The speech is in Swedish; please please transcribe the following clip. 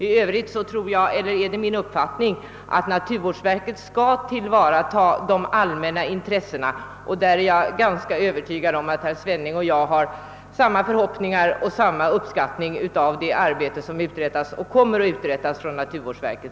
I övrigt är det min uppfattning att naturvårdsverket skall tillvarata de allmänna intressena, och jag är övertygad om att herr Svenning och jag där hyser samma förhoppningar och har samma uppskattning av det arbete som uträttats och kommer att uträttas av naturvårdsverket.